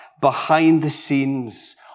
behind-the-scenes